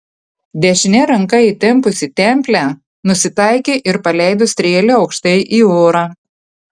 dešine ranka įtempusi templę nusitaikė ir paleido strėlę aukštai į orą